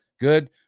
good